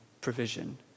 provision